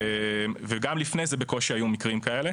וגם לפני בקושי היו מקרים כאלה.